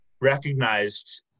recognized